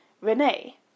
Renee